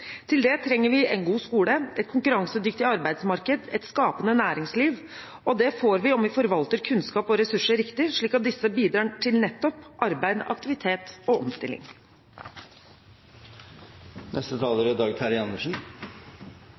Til det trenger vi en god skole, et konkurransedyktig arbeidsmarked, et skapende næringsliv – og det får vi om vi forvalter kunnskap og ressurser riktig, slik at disse bidrar til nettopp arbeid, aktivitet og omstilling.